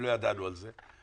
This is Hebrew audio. ולא ידענו על זה,